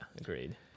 agreed